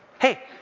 Hey